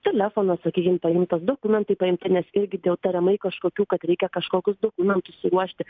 telefonas sakykim paimtas dokumentai paimti nes irgi dėl tariamai kažkokių kad reikia kažkokius dokumentus suruošti